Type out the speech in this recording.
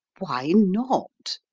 why not?